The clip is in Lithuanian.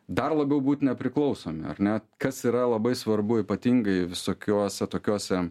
dar labiau būt nepriklausomi ar net kas yra labai svarbu ypatingai visokiuos tokiuose